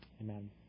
Amen